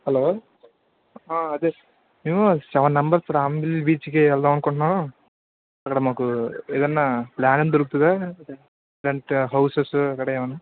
hello అదే మేము seven members రాంబల్ బీచ్కి వెళ్దాం అనుకుంటున్నాం అక్కడ మాకు ఏదన్నా ప్లాన్ దొరుకుతదా రెంట్ హౌసెస్ అక్కడ ఏమైన్నా